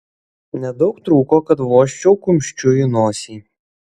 nedaug trūko kad vožčiau kumščiu į nosį